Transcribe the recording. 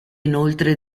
inoltre